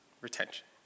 retention